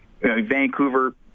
Vancouver